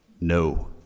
No